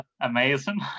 Amazing